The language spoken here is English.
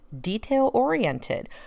detail-oriented